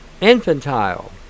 infantile